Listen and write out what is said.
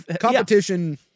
competition